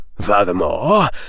Furthermore